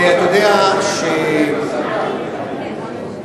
אתה רוצה להביא להם אתה יודע,